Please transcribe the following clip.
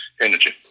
energy